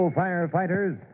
firefighters